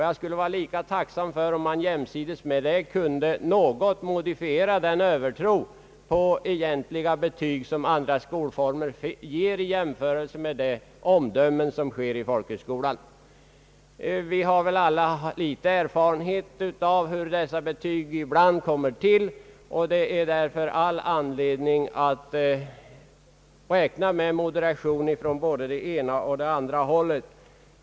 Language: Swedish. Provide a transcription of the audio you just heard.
Jag vore tacksam om man samtidigt något kunde modifiera övertron på de betyg som andra skolformer ger jämfört med de omdömen som ges i folkhögskolan. Vi har väl alla erfarenhet av hur betyg ibland kommer till. Det är därför all anledning att visa moderation från både det ena och det andra hållet.